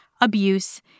abuse